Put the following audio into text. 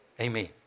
Amen